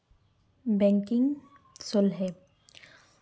banking ᱥᱚᱞᱦᱮ